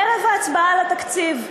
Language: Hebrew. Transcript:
ערב ההצבעה על התקציב,